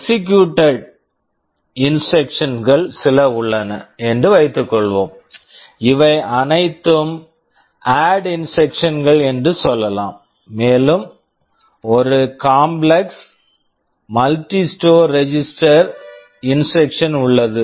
executed executed instructions instructions சில உள்ளன என்று வைத்துக்கொள்வோம் இவை அனைத்தும் ஆட் ADD இன்ஸ்ட்ரக்க்ஷன்ஸ் instructions கள் என்று சொல்லலாம் மேலும் ஒரு complex complex multi store register multi register store instruction instruction உள்ளது